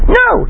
no